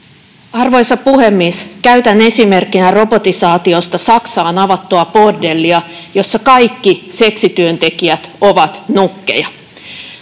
Arvoisa puhemies! Käytän esimerkkinä robotisaatiosta Saksaan avattua bordellia, jossa kaikki seksityöntekijät ovat nukkeja.